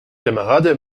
camarade